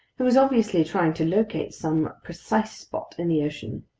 it was obviously trying to locate some precise spot in the ocean.